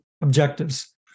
Objectives